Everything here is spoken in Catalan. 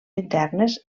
internes